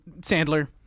Sandler